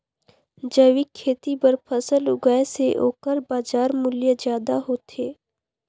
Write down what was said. जैविक खेती बर फसल उगाए से ओकर बाजार मूल्य ज्यादा होथे